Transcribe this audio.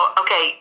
okay